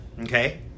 okay